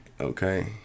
okay